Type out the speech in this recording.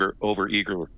over-eager